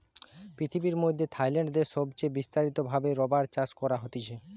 পৃথিবীর মধ্যে থাইল্যান্ড দেশে সবচে বিস্তারিত ভাবে রাবার চাষ করা হতিছে